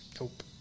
nope